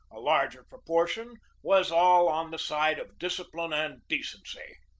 a larger proportion was all on the side of discipline and decency.